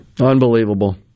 Unbelievable